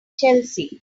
chelsea